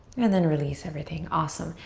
and then release everything. awesome.